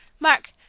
mark,